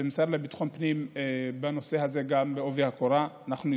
והמשרד לביטחון לפנים בעובי הקורה גם בנושא זה.